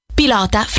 pilota